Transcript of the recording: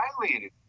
violated